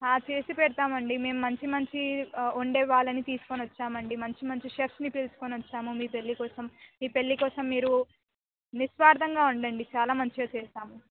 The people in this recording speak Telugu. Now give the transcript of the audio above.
చేసి పెడతామండి మేము మంచి మంచి వండే వాళ్ళని తీసుకుని వచ్చామండి మంచి మంచి షెఫ్స్ని పిల్చుకుని వచ్చాము మీ పెళ్ళి కోసం మీ పెళ్ళి కోసం మీరు నిస్వార్ధంగా ఉండండి చాలా మంచిగా చేస్తాం